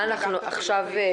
נמנעים, אין ההצעה אושרה.